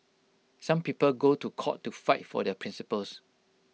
some people go to court to fight for their principles